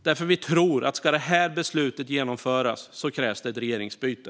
Vi tror nämligen att om det här beslutet ska genomföras krävs det ett regeringsskifte.